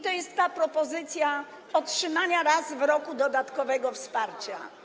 To jest ta propozycja otrzymania raz w roku dodatkowego wsparcia.